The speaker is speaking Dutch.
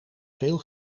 veel